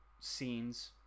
scenes